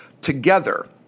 together